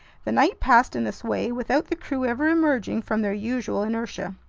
the night passed in this way, without the crew ever emerging from their usual inertia.